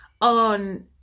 on